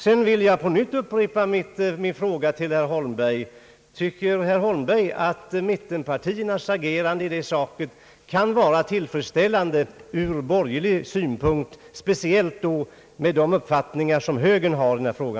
Jag vill på nytt upprepa min fråga till herr Holmberg: Tycker herr Holmberg att mittenpartiernas agerande i detta sammanhang kan vara tillfredsställande ur borgerlig synpunkt, speciellt då med tanke på de uppfattningar som högern har i denna fråga?